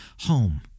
home